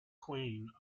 queen